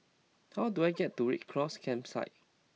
how do I get to Red Cross Campsite